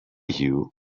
you